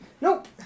Nope